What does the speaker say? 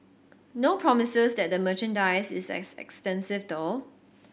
no promises that the merchandise is as extensive though